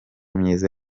myiza